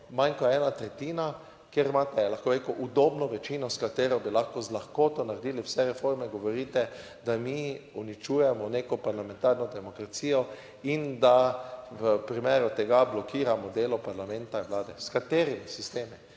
manj kot ena tretjina, kjer imate, lahko bi rekel, udobno večino, s katero bi lahko z lahkoto naredili vse reforme, govorite, da mi uničujemo neko parlamentarno demokracijo in da v primeru tega blokiramo delo parlamenta in vlade. S katerimi sistemi?